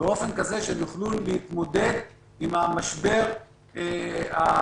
באופן הזה שהם יוכלו להתמודד עם המשבר העצום.